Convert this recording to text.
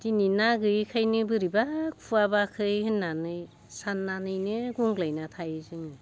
दिनै ना गैयैखायनो बोरैबा खुहाबाखै होन्नानै सान्नानैनो गंग्लायना थायो जोङो